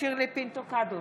שירלי פינטו קדוש,